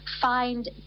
find